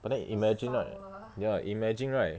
but then you imagine right ya imagine right